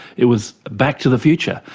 it was back to the future,